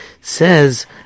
says